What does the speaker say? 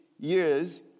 years